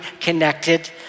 connected